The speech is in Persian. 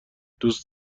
دوست